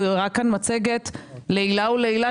הוא הראה כאן מצגת לעילא ולעילא,